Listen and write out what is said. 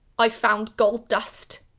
i found gold dust.